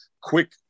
quick